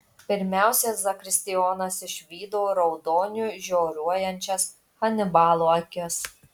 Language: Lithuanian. pirmiausia zakristijonas išvydo raudoniu žioruojančias hanibalo akis